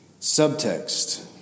Subtext